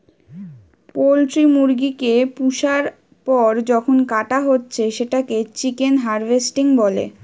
poultry মুরগি কে পুষার পর যখন কাটা হচ্ছে সেটাকে চিকেন হার্ভেস্টিং বলে